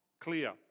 clear